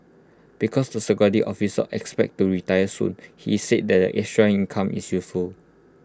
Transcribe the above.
because the security officer expects to retire soon he said that the extra income is useful